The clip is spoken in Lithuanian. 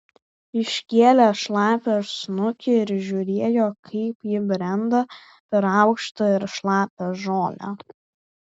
iškėlė šlapią snukį ir žiūrėjo kaip ji brenda per aukštą ir šlapią žolę